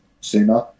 sooner